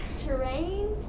strange